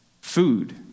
food